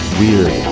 weird